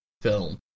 film